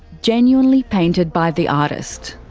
genuinely painted by the artist.